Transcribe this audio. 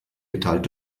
geteilt